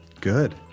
Good